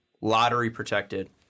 lottery-protected